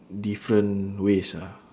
different ways ah